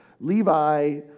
Levi